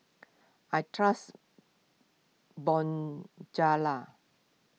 I trust Bonjela